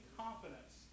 confidence